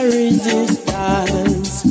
resistance